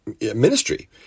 ministry